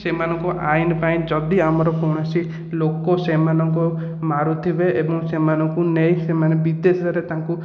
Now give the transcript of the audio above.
ସେମାନଙ୍କୁ ଆଇନ ପାଇଁ ଯଦି ଆମର କୌଣସି ଲୋକ ସେମାନଙ୍କୁ ମାରୁଥିବେ ଏବଂ ସେମାନଙ୍କୁ ନେଇ ସେମାନେ ବିଦେଶରେ ତାଙ୍କୁ